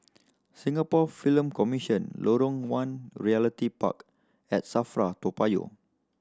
Singapore Film Commission Lorong One Realty Park and SAFRA Toa Payoh